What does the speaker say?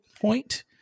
point